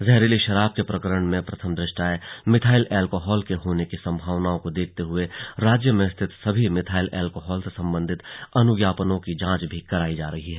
जहरीली शराब के प्रकरण में प्रथम दु ष्टया मैथाईल एल्कोहॉल के होने के सम्भावना को देखते हुए राज्य में स्थित सभी मेथाईल एल्कोहॉल से सम्बन्धित अनुज्ञापनों की जांच भी करायी जा रही है